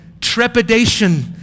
trepidation